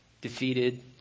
defeated